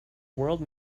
world